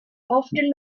often